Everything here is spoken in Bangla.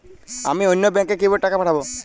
আমি অন্য ব্যাংকে কিভাবে টাকা পাঠাব?